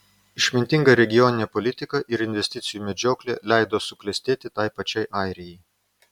išmintinga regioninė politika ir investicijų medžioklė leido suklestėti tai pačiai airijai